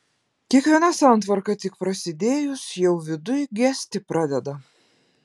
kiekviena santvarka tik prasidėjus jau viduj gesti pradeda